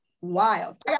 wild